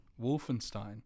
wolfenstein